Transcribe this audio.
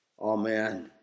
amen